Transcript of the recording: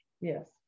yes